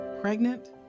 Pregnant